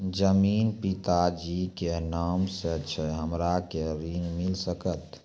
जमीन पिता जी के नाम से छै हमरा के ऋण मिल सकत?